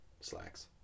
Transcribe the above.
Slacks